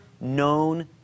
known